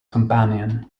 companion